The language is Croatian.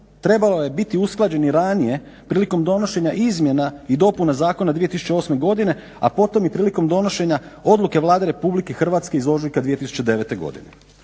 trebao je biti usklađen i ranije i prilikom donošenja izmjena i dopuna zakona 2008.godine a potom i prilikom donošenja odluke Vlade RH iz ožujka 2009.godine.